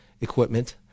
equipment